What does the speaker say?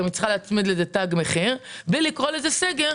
היא גם צריכה להצמיד לזה תג מחיר - המדינה הודיעה